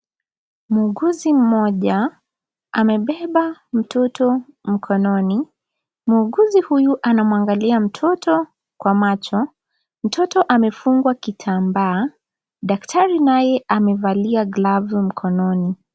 Muuguzi mmoja, amebeba mtoto mkononi. Muuguzi huyu anamwangalia mtoto, kwa macho. Mtoto, amefungwa kitambaa. Daktari naye amevalia glove mkononi.